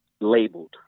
labeled